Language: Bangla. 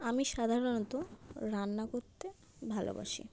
আমি সাধারণত রান্না করতে ভালোবাসি